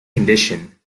condition